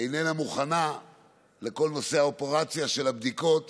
איננה מוכנה לכל נושא האופרציה של הבדיקות